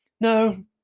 No